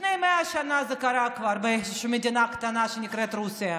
לפני 100 שנה זה קרה כבר באיזו מדינה קטנה שנקראת רוסיה.